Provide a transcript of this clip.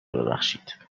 ببخشید